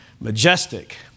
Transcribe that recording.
majestic